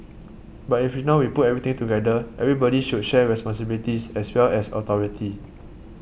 but if we now put everything together everybody should share responsibilities as well as authority